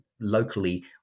locally